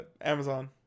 Amazon